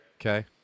Okay